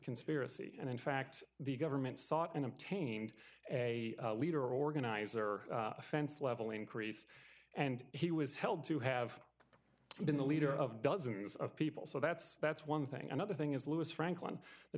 conspiracy and in fact the government sought in obtained a leader organizer offense level increase and he was held to have been the leader of dozens of people so that's that's one thing another thing is louis franklin the